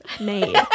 made